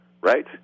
right